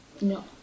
No